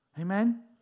Amen